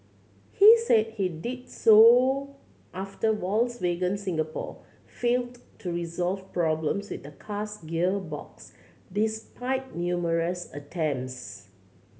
he said he did so after Volkswagen Singapore failed to resolve problems with the car's gearbox despite numerous attempts